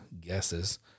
guesses